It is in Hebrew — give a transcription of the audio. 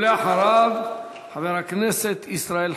ואחריו, חבר הכנסת ישראל חסון.